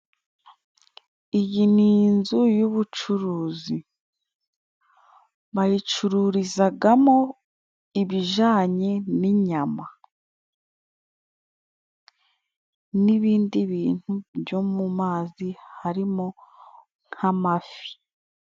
Iyi ni inzu y'ubucuruzi bayicururizagamo ibijanye n'inyama n'ibindi bintu byo mu mazi harimo nk'amafi.